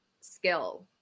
skill